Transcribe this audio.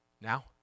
Now